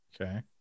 okay